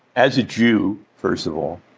as a jew, first of all,